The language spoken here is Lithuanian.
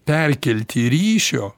perkelti ryšio